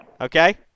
okay